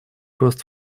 рост